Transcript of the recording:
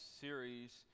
series